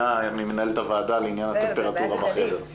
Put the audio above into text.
הנושא של